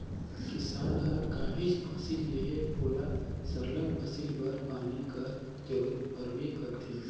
किसान हर काहींच फसिल लेहे ओला सरलग फसिल बर पानी कर जरूरत परबे करथे